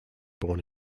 born